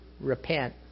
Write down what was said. repent